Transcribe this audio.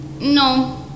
No